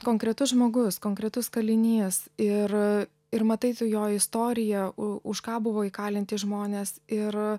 konkretus žmogus konkretus kalinys ir ir matai tu jo istoriją u už ką buvo įkalinti žmonės ir